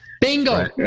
Bingo